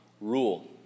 rule